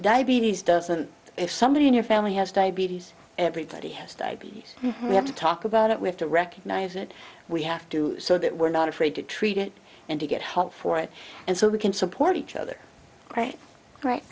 diabetes doesn't if somebody in your family has diabetes everybody has diabetes you have to talk about it we have to recognise it we have to so that we're not afraid to treat it and to get help for it and so we can support each other right